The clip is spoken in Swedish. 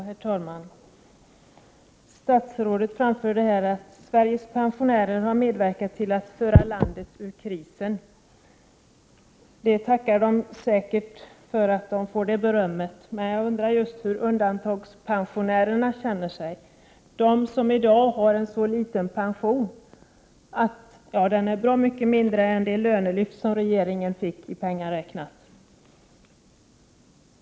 Herr talman! Statsrådet anförde här att Sveriges pensionärer har medverkat till att föra landet ur krisen. Det berömmet tackar de säkert för. Men jag undrar just hur undantagspensionärerna känner sig. De har i dag en mycket liten pension — den är bra mycket mindre än det lönelyft som regeringen fick i pengar räknat.